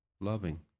loving